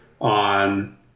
on